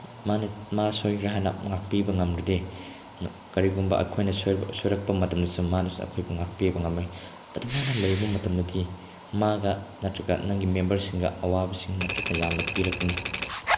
ꯃꯥꯅ ꯃꯥ ꯁꯣꯏꯈ꯭ꯔꯦ ꯍꯥꯏꯅ ꯉꯥꯛꯄꯤꯕ ꯉꯝꯗ꯭ꯔꯗꯤ ꯀꯔꯤꯒꯨꯝꯕ ꯑꯩꯈꯣꯏꯅ ꯁꯣꯏ ꯁꯣꯏꯔꯛꯄ ꯃꯇꯝꯗꯗꯤ ꯃꯥꯅꯁꯨ ꯑꯩꯈꯣꯏꯕꯨ ꯉꯥꯛꯄꯤꯕ ꯉꯝꯃꯣꯏ ꯑꯗꯨ ꯃꯥꯅ ꯂꯩꯕ ꯃꯇꯝꯗꯗꯤ ꯃꯥꯒ ꯅꯠꯇꯔꯒ ꯅꯪꯒꯤ ꯃꯦꯝꯕꯔꯁꯤꯡꯒ ꯑꯋꯥꯕꯁꯤꯡ ꯅꯠꯇꯔꯒ ꯌꯥꯝꯅ ꯄꯤꯔꯛꯀꯅꯤ